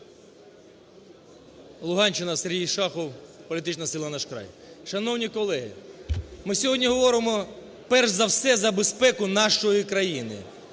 Луганщина, Сергій Шахов, політична сила "Наш край". Шановні колеги, ми сьогодні говоримо перш за все за безпеку нашої країни,